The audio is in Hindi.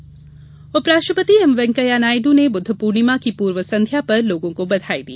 बुद्ध पूर्णिमा उपराष्ट्रपति एम वेंकैया नायडू ने बुद्धपूर्णिमा की पूर्व संध्या पर लोगों को बधाई दी